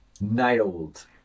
nailed